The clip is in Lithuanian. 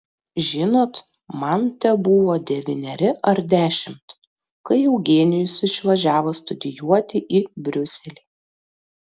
žinot man tebuvo devyneri ar dešimt kai eugenijus išvažiavo studijuoti į briuselį